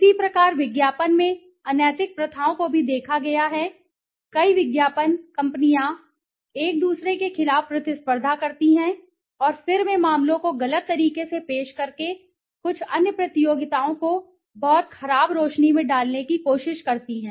इसी प्रकार विज्ञापन में अनैतिक प्रथाओं को भी देखा गया है कई विज्ञापन कंपनियां एक दूसरे के खिलाफ प्रतिस्पर्धा करती हैं और फिर वे मामलों को गलत तरीके से पेश करके कुछ अन्य प्रतियोगियों को बहुत खराब रोशनी में डालने की कोशिश करती हैं